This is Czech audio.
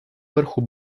vrchu